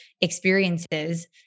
experiences